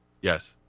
Yes